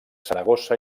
saragossa